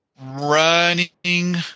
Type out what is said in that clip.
running